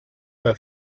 bei